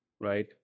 right